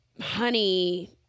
honey